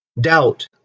Doubt